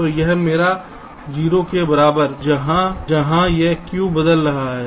तो यह मेरा समय 0 के बराबर है जहाँ यह Q बदल रहा है